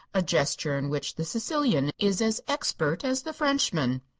a gesture in which the sicilian is as expert as the frenchman.